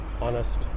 honest